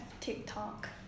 TikTok